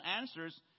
answers